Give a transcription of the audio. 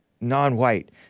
non-white